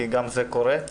כי גם זה קורה.